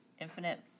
Infinite